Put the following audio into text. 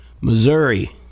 Missouri